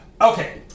Okay